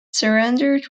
surrendered